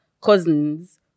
cousins